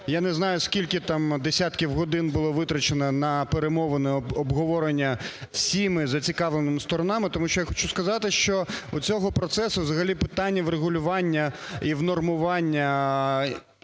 Я не знаю, скільки там десятків годин було витрачено на перемовини, обговорення всіма зацікавленими сторонами, тому що я хочу сказати, що у цього процесу взагалі питання врегулювання і внормування